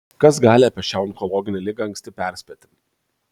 kas gali apie šią onkologinę ligą anksti perspėti